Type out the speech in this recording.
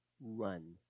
run